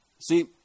See